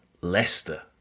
Leicester